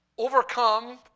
overcome